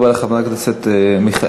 תודה רבה לחברת הכנסת מיכאלי.